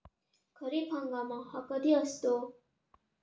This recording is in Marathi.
खरीप हंगाम हा कधी असतो?